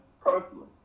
personally